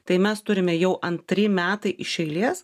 tai mes turime jau antri metai iš eilės